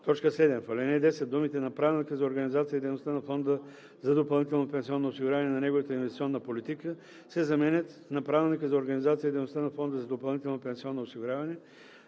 7. В ал. 10 думите „на правилника за организацията и дейността на фонда за допълнително пенсионно осигуряване и на неговата инвестиционна политика“ се заменят с „на правилника за организацията и дейността на фонда за допълнително пенсионно осигуряване,